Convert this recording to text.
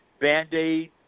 Band-Aid